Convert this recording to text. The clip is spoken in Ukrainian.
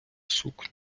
сукню